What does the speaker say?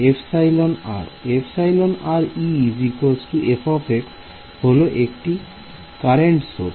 E f হল একটি current source